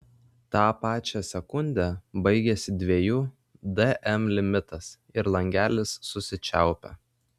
tą pačią sekundę baigiasi dviejų dm limitas ir langelis susičiaupia